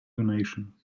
donation